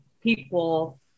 people